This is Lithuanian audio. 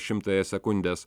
šimtąją sekundės